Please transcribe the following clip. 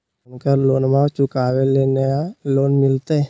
पुर्नका लोनमा चुकाबे ले नया लोन मिलते?